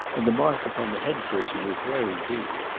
and the mark upon the head cushion was very deep.